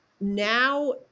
now